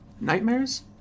Nightmares